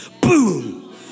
Boom